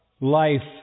life